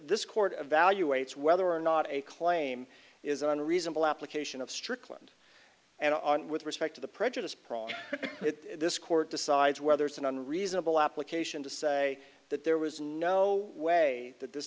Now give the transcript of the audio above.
this court of value waits whether or not a claim is unreasonable application of strickland and on with respect to the prejudice problem this court decides whether it's an unreasonable application to say that there was no way that this